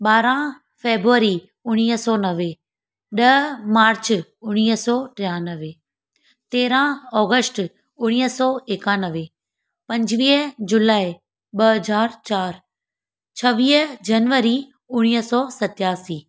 ॿारहां फेबवरी उणिवीह सौ नवे ॾह मार्च उणिवीह सौ टियानवे तेरहां ऑगस्ट उणिवीह सौ एकानवे पंजवीह जुलाई ॿ हज़ार चार छवीह जनवरी उणिवीह सौ सतियासी